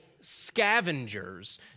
scavengers